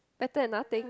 better than nothing